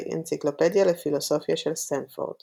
באנציקלופדיה לפילוסופיה של סטנפורד